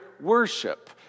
worship